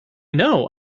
know